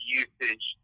usage